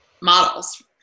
models